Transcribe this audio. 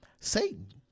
satan